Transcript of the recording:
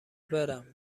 برم